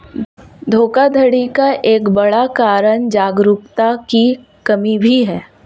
धोखाधड़ी का एक बड़ा कारण जागरूकता की कमी भी है